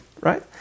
right